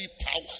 power